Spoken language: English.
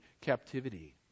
captivity